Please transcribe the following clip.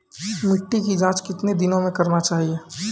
मिट्टी की जाँच कितने दिनों मे करना चाहिए?